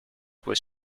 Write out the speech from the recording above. were